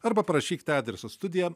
arba parašykite adresu studija